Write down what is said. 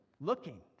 looking